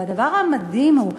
והדבר המדהים הוא,